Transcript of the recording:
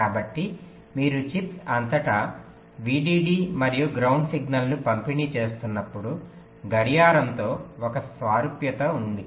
కాబట్టి మీరు చిప్స్ అంతటా VDD మరియు గ్రౌండ్ సిగ్నల్ను పంపిణీ చేస్తున్నప్పుడు గడియారంతో ఒక సారూప్యత ఉంది